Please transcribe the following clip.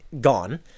gone